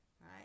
right